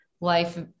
life